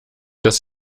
dass